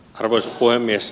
arvoisa puhemies